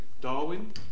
Darwin